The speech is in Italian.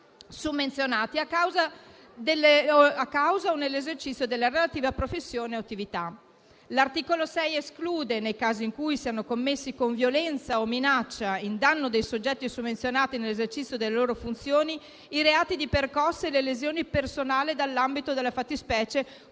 summenzionati, a causa o nell'esercizio della relativa professione o attività. L'articolo 6 esclude, nei casi in cui siano commessi con violenza o minaccia in danno dei soggetti summenzionati nell'esercizio delle loro funzioni, i reati di percosse e lesione personale dall'ambito delle fattispecie